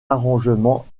arrangements